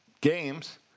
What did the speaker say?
games